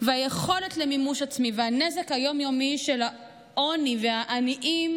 והיכולת למימוש עצמי והנזק היום-יומי של העוני והעניים